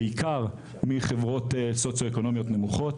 בעיקר מחברות סוציואקונומיות נמוכות,